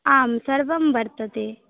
आं सर्वं वर्तते